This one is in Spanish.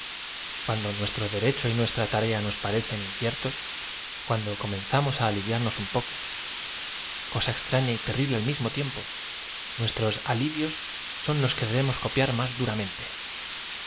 do nuestro derecho y nuestra tarea nos parecen in ciertos cuando comenzamos á aliviarnos un poco cosa extraña y terrible al mismo tiempo nuestros aiivioibotí los que debemos copiar más duramente